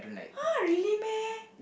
!huh! really meh